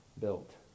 built